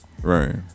Right